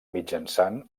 mitjançant